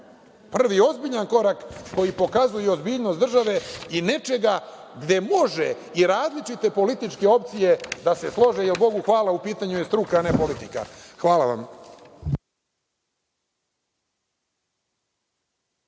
prvi ozbiljan korak koji pokazuje ozbiljnost države i nečega gde mogu i različite političke opcije da se slože, jer Bogu hvala, u pitanju je struka, a ne politika. Hvala vam.